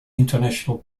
international